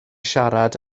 siarad